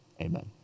Amen